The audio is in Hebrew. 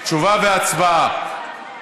תשובה והצבעה.